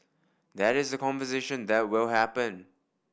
that is the conversation that will happen